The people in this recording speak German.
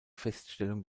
feststellung